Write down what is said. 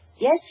Yes